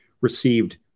received